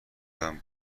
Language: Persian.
برام